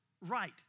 right